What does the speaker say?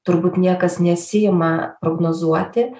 turbūt niekas nesiima prognozuoti